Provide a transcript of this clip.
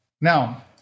Now